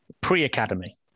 pre-academy